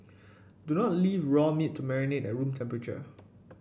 do not leave raw meat to marinate at room temperature